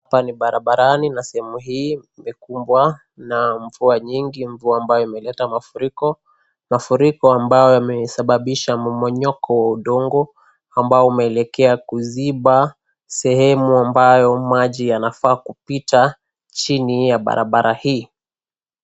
Pale barabarani na sehemu hii imekubwa na mvua nyingi , mvua ambayo imeleta mafuriko , mafuriko ambayo yamesababisha mumomonyoko wa udongo ambao umeelekea kuziba sehemu ambayo maji yanafaa kupita chini ya barabara hii.